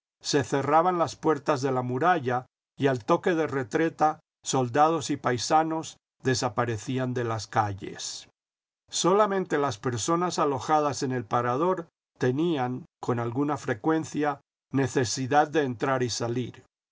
se cerraban las puertas de la muralla y al toque de retreta soldados y paisanos desaparecían de las calles solamente las personas alojadas en el parador tenían con alguna frecuencia necesidad de entrar y salir